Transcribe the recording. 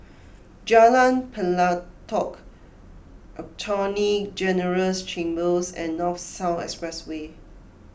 Jalan Pelatok Attorney General's Chambers and North South Expressway